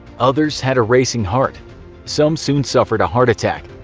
others had a racing heart some soon suffered a heart attack.